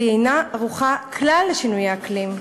והיא אינה ערוכה כלל לשינויי האקלים,